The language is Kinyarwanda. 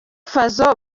fazzo